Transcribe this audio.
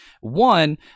One